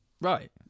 Right